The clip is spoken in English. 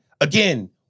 again